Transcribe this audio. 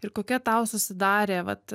ir kokia tau susidarė vat